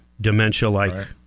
dementia-like